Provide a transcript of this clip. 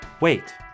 Wait